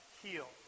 heal